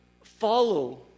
follow